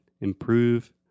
improve